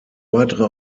weitere